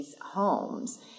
homes